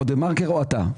או דה-מרקר או אתה,